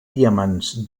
diamants